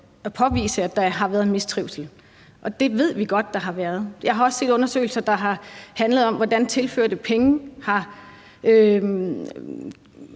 at påvise, at der har været en mistrivsel, og det ved vi godt der har været. Jeg har også set undersøgelser, der har handlet om, hvordan tilførte penge har